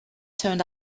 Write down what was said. turned